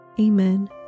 Amen